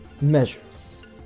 measures